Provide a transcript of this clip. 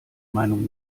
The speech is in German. meinung